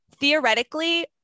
theoretically